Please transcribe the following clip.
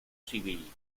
civil